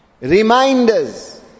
reminders